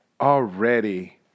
Already